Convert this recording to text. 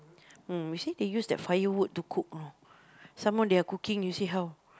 mm you see they use the firewood you cook know some more their cooking you see how